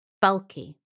bulky